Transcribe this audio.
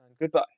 Goodbye